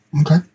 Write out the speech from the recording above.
okay